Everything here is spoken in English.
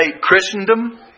Christendom